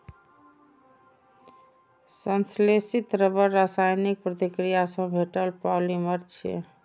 संश्लेषित रबड़ रासायनिक प्रतिक्रिया सं भेटल पॉलिमर छियै